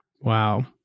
wow